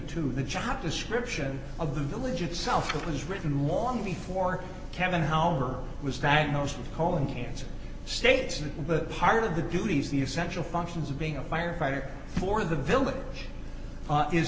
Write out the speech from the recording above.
two the job description of the village itself was written long before kevin homer was diagnosed with colon cancer states and the heart of the duties the essential functions of being a firefighter for the village is